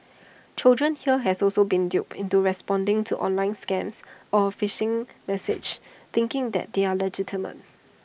children here has also been duped into responding to online scams or A phishing message thinking that they are legitimate